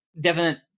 definite